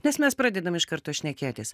nes mes pradedam iš karto šnekėtis